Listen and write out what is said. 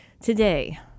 today